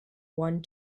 one